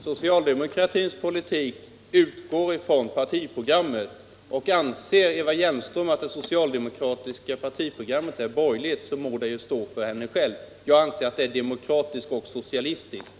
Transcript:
Herr talman! Socialdemokratins politik utgår från partiprogrammet. Anser Eva Hjelmström att det socialdemokratiska partiprogrammet är borgerligt, må det stå för hennes räkning. Jag anser att det är demokratiskt och socialistiskt.